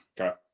Okay